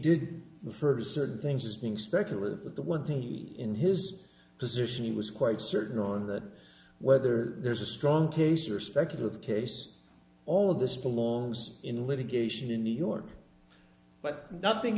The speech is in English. did the first certain things as being speculative but the one thing he in his position he was quite certain on that whether there's a strong case or speculative case all of this belongs in litigation in new york but nothing